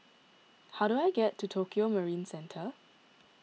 how do I get to Tokio Marine Centre